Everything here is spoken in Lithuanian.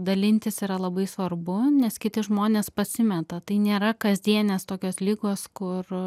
dalintis yra labai svarbu nes kiti žmonės pasimeta tai nėra kasdienės tokios ligos kur